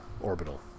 orbital